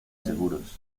seguros